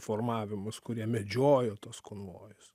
formavimus kurie medžiojo tuos konvojus